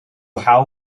how